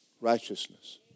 righteousness